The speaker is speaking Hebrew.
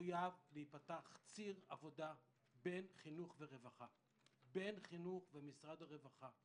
מחויב להיפתח ציר עבודה בין חינוך ומשרד הרווחה,